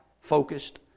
focused